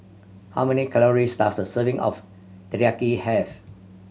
how many calories does a serving of Teriyaki have